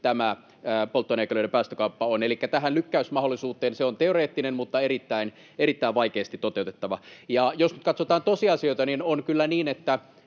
tämä polttoaineen jakelijoiden päästökauppa on. Elikkä tähän lykkäysmahdollisuuteen: se on teoreettinen, mutta erittäin vaikeasti toteutettava. Jos nyt katsotaan tosiasioita, niin on kyllä niin,